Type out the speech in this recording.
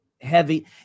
heavy